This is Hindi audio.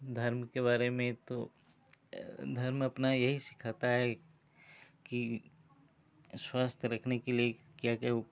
धर्म के बारे में तो धर्म अपना यही सिखाता है स्वास्थ्य रखने के लिए क्या क्या उपा